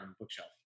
bookshelf